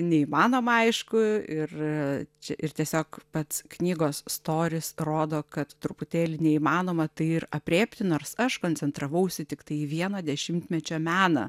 neįmanoma aišku ir čia ir tiesiog pats knygos storis rodo kad truputėlį neįmanoma tai ir aprėpti nors aš koncentravausi tiktai į vieno dešimtmečio meną